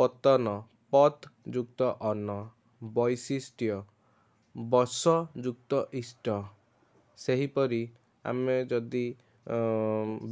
ପତ୍ତନ ପତ୍ ଯୁକ୍ତ ଅନ ବୈଶିଷ୍ଟ୍ୟ ବଶ ଯୁକ୍ତ ଇଷ୍ଟ ସେହିପରି ଆମେ ଯଦି